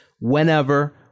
whenever